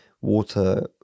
water